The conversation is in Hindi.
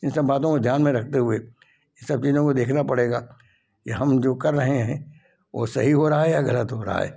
इन सब बातों को ध्यान में रखते हुए सब चीज़ों को देखना पड़ेगा ये हम जो कर रहे हैं वो सही हो रहा है या गलत हो रहा है